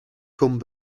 come